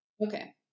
Okay